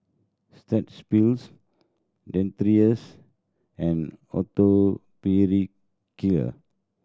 Strepsils Dentiste and Atopiclair